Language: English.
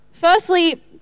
Firstly